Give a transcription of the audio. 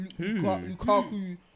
lukaku